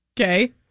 Okay